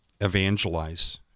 evangelize